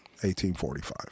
1845